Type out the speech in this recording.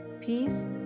peace